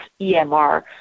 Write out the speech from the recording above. EMR